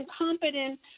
incompetent